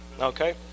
okay